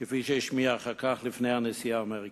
כפי שהשמיע אחר כך בפני הנשיא האמריקני.